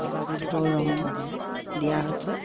কেইবাবিধৰ ৰং দিয়া হৈছে